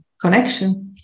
connection